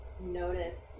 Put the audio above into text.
Notice